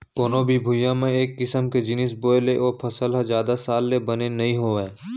कोनो भी भुइंया म एक किसम के जिनिस बोए ले ओ फसल ह जादा साल ले बने नइ होवय